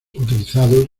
utilizados